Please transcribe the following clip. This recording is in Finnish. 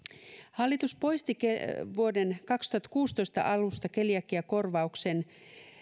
hallitus poisti vuoden kaksituhattakuusitoista alusta keliakiakorvauksen